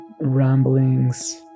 ramblings